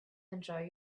enjoy